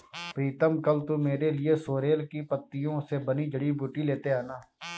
प्रीतम कल तू मेरे लिए सोरेल की पत्तियों से बनी जड़ी बूटी लेते आना